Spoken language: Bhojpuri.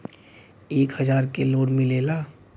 एक हजार के लोन मिलेला?